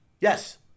Yes